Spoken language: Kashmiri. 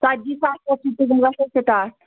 ژَتجی ساس پٮ۪ٹھ چھِ تِم گژھان سِٹاٹ